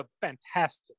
fantastic